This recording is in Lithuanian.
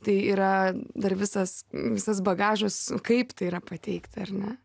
tai yra dar visas visas bagažas kaip tai yra pateikta ar ne